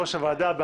הוועדה.